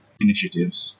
initiatives